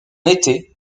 été